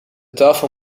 tafel